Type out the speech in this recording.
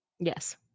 Yes